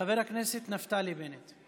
חבר הכנסת נפתלי בנט,